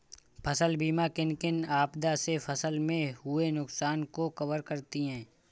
फसल बीमा किन किन आपदा से फसल में हुए नुकसान को कवर करती है